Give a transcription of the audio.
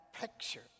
picture